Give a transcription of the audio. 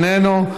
איננו,